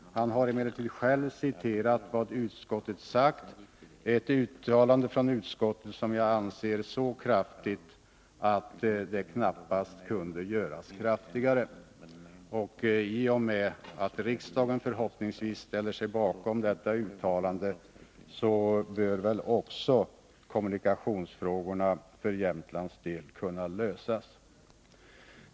Han har emellertid själv citerat vad utskottet sagt — ett uttalande från utskottet som jag anser vara så kraftigt att det knappast kunde göras kraftigare. I och med att riksdagen förhoppningsvis ställer sig bakom detta uttalande bör väl också kommunikationsfrågorna för Jämtlands del kunna lösas.